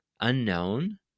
unknown